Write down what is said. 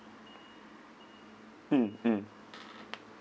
mm mm